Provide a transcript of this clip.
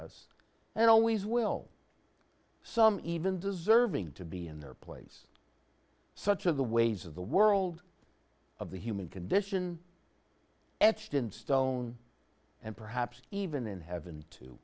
us and always will some even deserving to be in their place such of the ways of the world of the human condition edged in stone and perhaps even in heaven too